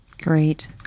Great